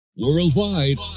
Worldwide